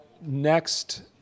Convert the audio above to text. next